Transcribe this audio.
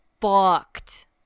fucked